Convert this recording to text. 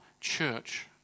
church